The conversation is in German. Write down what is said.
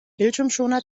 bildschirmschoner